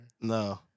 No